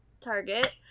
Target